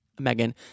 Megan